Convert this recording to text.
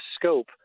scope